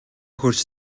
хүрч